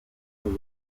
yari